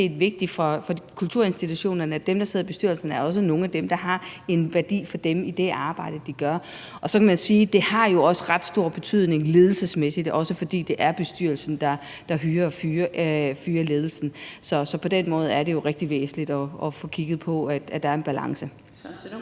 set er vigtigt for kulturinstitutionerne, at dem, der sidder i bestyrelserne, også er nogle, der har en værdi for dem i det arbejde, de gør. Og så kan man sige: Det har jo også ret stor betydning ledelsesmæssigt, også fordi det er bestyrelsen, der hyrer og fyrer ledelsen. Så på den måde er det jo rigtig væsentligt at få kigget på, om der er en balance.